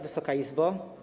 Wysoka Izbo!